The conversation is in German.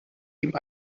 ihm